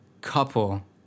couple